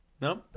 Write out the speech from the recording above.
No